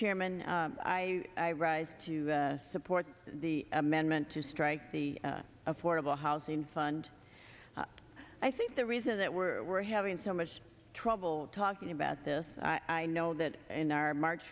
chairman i rise to support the amendment to strike the affordable housing fund i think the reason that we're we're having so much trouble talking about this i know that in our march